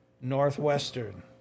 Northwestern